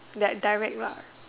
that direct lah